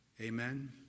Amen